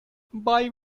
buy